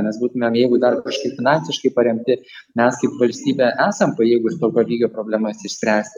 mes būtumėm jeigu dar kažkiek finansiškai paremti mes kaip valstybė esam pajėgūs tokio lygio problemas išspręsti